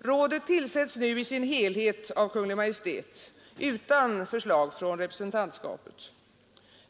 Rådet tillsätts nu i sin helhet av Kungl. Maj:t — utan förslag från representantskapet.